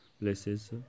places